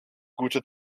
gute